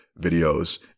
videos